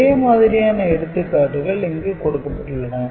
இதே மாதிரியான எடுத்துக்காட்டுகள் இங்கு கொடுக்கப்பட்டுள்ளன